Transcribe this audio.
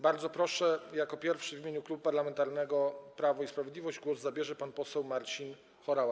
Bardzo proszę, jako pierwszy w imieniu Klubu Parlamentarnego Prawo i Sprawiedliwość głos zabierze pan poseł Marcin Horała.